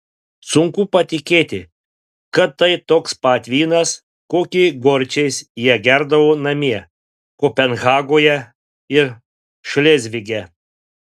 sunku patikėti kad tai toks pat vynas kokį gorčiais jie gerdavo namie kopenhagoje ir šlėzvige